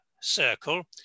circle